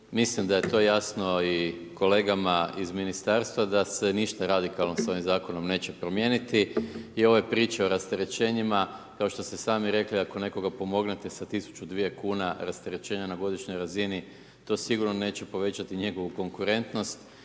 mislim da je to jasno i kolegama iz ministarstva da se ništa radikalno s ovim zakonom neće promijeniti i ove priče o rasterećenjima, kao što ste sami rekli, ako nekoga pomognete sa 1000, 2 kuna, rasterećenja na godišnjoj razini to sigurno neće povećati njegovu konkurentnost,